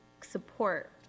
support